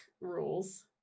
rules